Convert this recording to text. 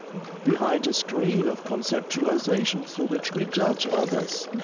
behind a screen of conceptualization through which we judge others.